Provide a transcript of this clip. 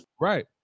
Right